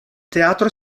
teatro